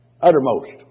Uttermost